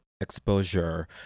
exposure